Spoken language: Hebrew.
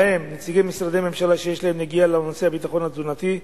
ובהם נציגי משרדי ממשלה שיש להם נגיעה לנושא הביטחון התזונתי,